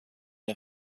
der